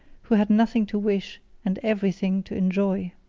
who had nothing to wish and every thing to enjoy.